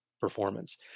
performance